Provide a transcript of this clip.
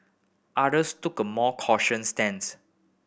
others took a more cautious stance